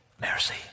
mercy